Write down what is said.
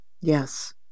Yes